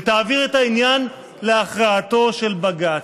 ותעביר את העניין להכרעתו של בג"ץ.